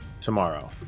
tomorrow